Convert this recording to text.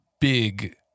big